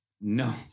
No